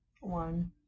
One